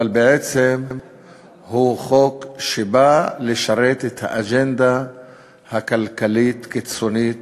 אבל בעצם הוא חוק שבא לשרת את האג'נדה הכלכלית הקיצונית